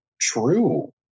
true